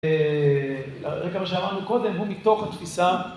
הרקע למה שאמרנו קודם הוא מתוך התפיסה